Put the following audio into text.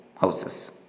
houses